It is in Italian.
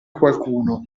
qualcuno